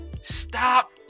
Stop